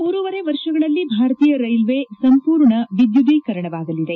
ಮುಂದಿನ ಮೂರೂವರೆ ವರ್ಷಗಳಲ್ಲಿ ಭಾರತೀಯ ರೈಲ್ವೆ ಸಂಪೂರ್ಣ ವಿದ್ಯುದೀಕರಣವಾಗಲಿದೆ